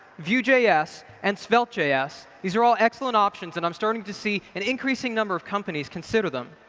vue js, and svelte js. these are all excellent options and i'm starting to see an increasing number of companies consider them.